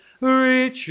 reach